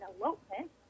elopement